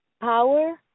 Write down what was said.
power